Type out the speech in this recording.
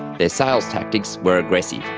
their sales tactics were aggressive.